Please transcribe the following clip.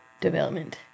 development